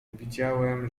widziałem